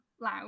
loud